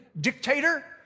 dictator